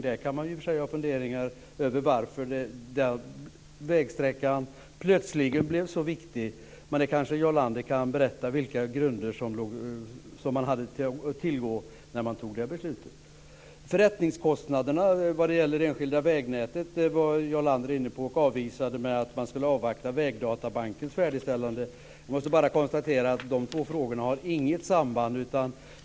Då kan man börja fundera över varför den vägsträckan plötsligt blev så viktig, men Jarl Lander kan kanske berätta vilka grunder som man hade för det beslutet. Jarl Lander var inne på förrättningskostnaderna för det enskilda vägnätet. Han avvisade förslagen med att man skulle avvakta vägdatabankens färdigställande. Jag måste bara konstatera att de två frågorna inte har något samband.